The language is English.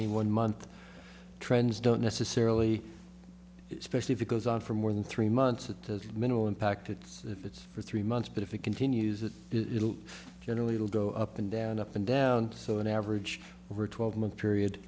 any one month trends don't necessarily especially if it goes on for more than three months at the minimal impact if it's for three months but if it continues it generally will go up and down up and down so an average over twelve month period